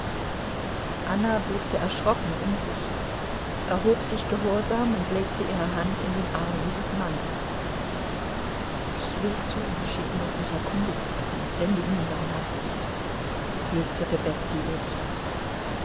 anna blickte erschrocken um sich erhob sich gehorsam und legte ihre hand in den arm ihres mannes ich will zu ihm schicken und mich erkundigen lassen und sende ihnen dann nachricht flüsterte betsy ihr zu